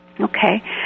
Okay